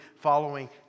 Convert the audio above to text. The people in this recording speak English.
following